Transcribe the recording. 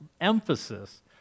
emphasis